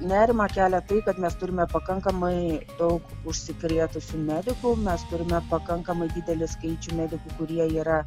nerimą kelia tai kad mes turime pakankamai daug užsikrėtusių medikų mes turime pakankamai didelį skaičių medikų kurie yra